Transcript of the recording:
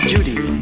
Judy